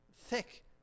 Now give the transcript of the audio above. thick